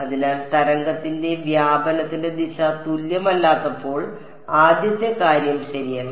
അതിനാൽ തരംഗത്തിന്റെ വ്യാപനത്തിന്റെ ദിശ തുല്യമല്ലാത്തപ്പോൾ ആദ്യത്തെ കാര്യം ശരിയല്ല